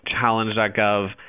challenge.gov